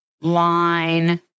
line